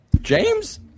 James